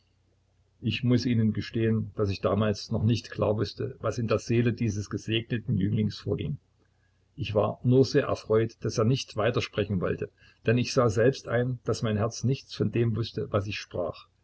ich muß ihnen gestehen daß ich damals noch nicht klar wußte was in der seele dieses gesegneten jünglings vorging ich war nur sehr erfreut daß er nicht weitersprechen wollte denn ich sah selbst ein daß mein herz nichts von dem wußte was ich sprach